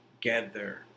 together